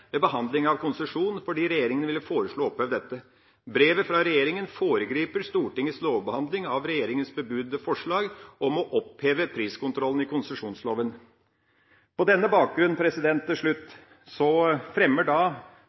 ved behandling av konsesjon, fordi regjeringa vil foreslå å oppheve dette. Brevet fra regjeringa foregriper Stortingets lovbehandling av regjeringas bebudede forslag om å oppheve priskontrollen i konsesjonsloven. Til slutt: På denne bakgrunn fremmer